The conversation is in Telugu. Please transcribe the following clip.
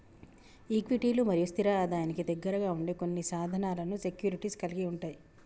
ఈక్విటీలు మరియు స్థిర ఆదాయానికి దగ్గరగా ఉండే కొన్ని సాధనాలను సెక్యూరిటీస్ కలిగి ఉంటయ్